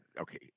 okay